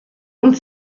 und